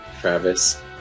Travis